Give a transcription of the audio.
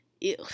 ew